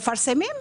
מפרסמים.